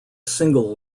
single